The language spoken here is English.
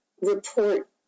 report